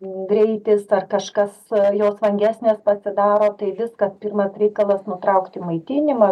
greitis ar kažkas jos vangesnės pasidaro vis kad pirmas reikalas nutraukti maitinimą